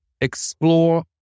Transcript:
explore